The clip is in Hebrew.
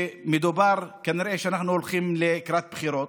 שמדובר בזה שכנראה אנחנו הולכים לקראת בחירות?